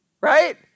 right